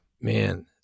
man